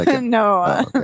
No